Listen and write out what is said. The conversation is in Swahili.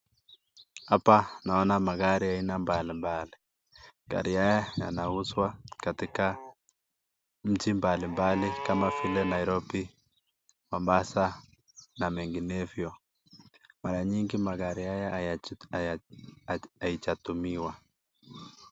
Hapa naona magari aina mbalimbali. Gari haya yanauzwa katika nchi mbalimbali kama vile Nairobi, Mombasa na menginevyo. Mara nyingi magari haya haijatumiwa.